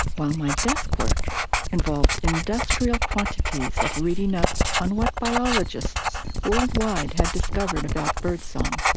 while my deskwork involved industrial quantities of reading up on what biologists worldwide had discovered about birdsong.